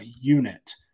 unit